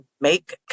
make